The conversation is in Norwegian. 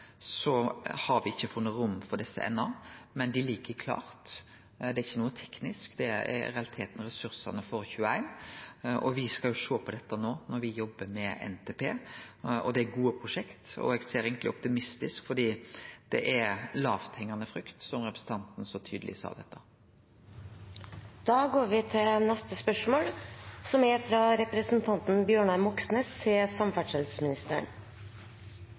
har me ikkje funne rom for desse prosjekta enno, men dei ligg klare. Det er ikkje noko teknisk – det er i realiteten ressursane for 2021 det kjem an på. Me skal sjå på dette no når me skal jobbe med NTP. Dette er gode prosjekt, og eg ser eigentleg optimistisk på det, for det er lågthengande frukter, som representanten Lyngedal så tydeleg sa det. «I spørretimen 25. november sa statsråd Knut Arild Hareide at det er